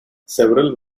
several